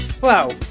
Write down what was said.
Wow